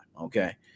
okay